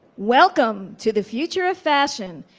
welcome to the future of fashion,